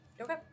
Okay